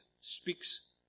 speaks